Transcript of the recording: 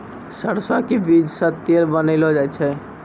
सरसों के बीज सॅ तेल बनैलो जाय छै